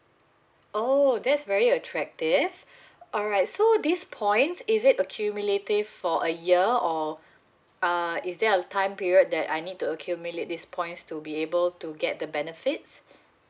oh that's very attractive alright so these points is it accumulative for a year or uh is there a time period that I need to accumulate these points to be able to get the benefits